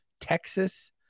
Texas